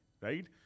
right